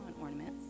ornaments